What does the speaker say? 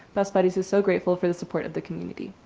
best buddies are so grateful for the support of the community.